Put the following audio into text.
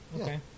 Okay